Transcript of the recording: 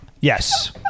Yes